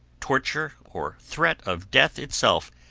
torture, or threat of death itself,